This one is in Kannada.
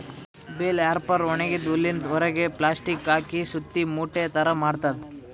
ಬೆಲ್ ರ್ಯಾಪರ್ ಒಣಗಿದ್ದ್ ಹುಲ್ಲಿನ್ ಹೊರೆಗ್ ಪ್ಲಾಸ್ಟಿಕ್ ಹಾಕಿ ಸುತ್ತಿ ಮೂಟೆ ಥರಾ ಮಾಡ್ತದ್